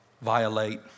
violate